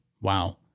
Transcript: wow